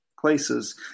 places